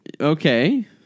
Okay